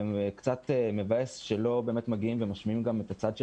קצת מבאס שלא מגיעים ומשמיעים גם את הצד של